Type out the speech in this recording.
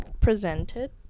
presented